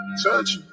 Touch